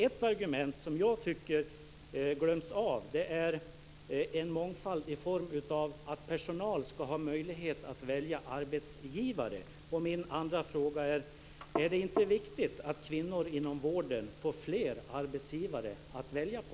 Ett argument som jag tycker glöms bort är en mångfald i form av att personal ska ha möjlighet att välja arbetsgivare, och min andra fråga är: Är det inte viktigt att kvinnor inom vården får fler arbetsgivare att välja på?